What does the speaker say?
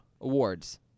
Awards